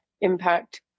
impact